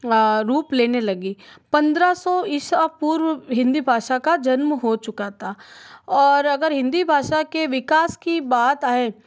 आ रूप लेने लगी पंद्रह सौ ईशा पूर्व हिन्दी भाषा का जन्म हो चुका था और अगर हिन्दी भाषा के विकास की बात आये